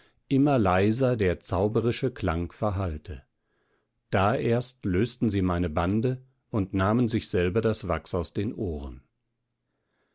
immer leiser der zauberische klang verhallte da erst lösten sie meine bande und nahmen sich selber das wachs aus den ohren